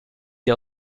sie